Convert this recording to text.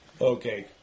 Okay